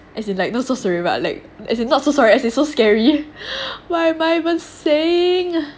as in like not so sorry but like as in not so sorry as in so scary what am I was saying